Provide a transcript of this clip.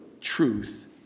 truth